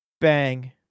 bang